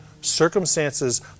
circumstances